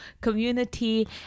community